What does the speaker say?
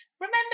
Remember